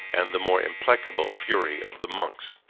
and the more implacable fury of the monks.